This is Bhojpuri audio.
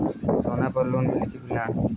सोना पर लोन मिली की ना?